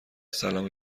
سلام